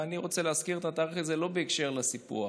ואני רוצה להזכיר את התאריך הזה לא בהקשר לסיפוח.